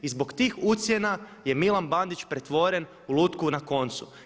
I zbog tih ucjena je Milan Bandić pretvoren u lutku na koncu.